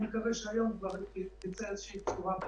כשבנק עושה חיתום רגיל,